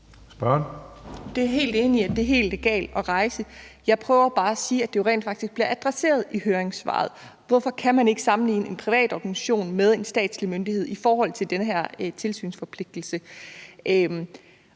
er jeg helt enig i, altså det er helt legalt at rejse det. Jeg prøver bare at sige, at det jo rent faktisk bliver adresseret i høringssvaret, nemlig hvorfor man ikke kan sammenligne en privat organisation med en statslig myndighed i forhold til den her tilsynsforpligtelse.